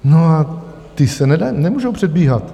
A ty se nemůžou předbíhat.